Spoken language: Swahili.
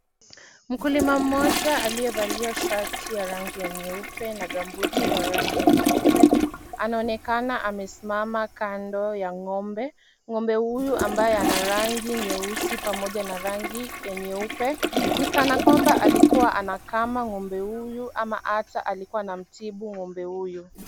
Mkulima mmoja aliyevalia shati ya rangi ya nyeupe na gambuti za rangi nyeupe ,anaonekana amesimama kando ya ng'ombe.Ng'ombe huyu ambaye ana rangi nyeusi pamoja na rangi ya nyeupe ni kana kwamba alikuwa anakama ng'ombe huyu ama hata alikuwa anamtibu ng'ombe huyu.